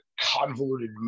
convoluted